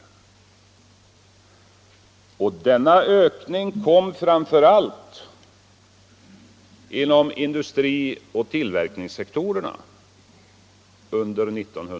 Denna ökning under 1974 ägde framför allt rum inom industrioch tillverkningssektorerna.